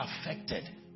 affected